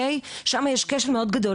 שם יש כשל מאוד גדול.